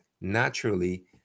naturally